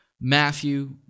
Matthew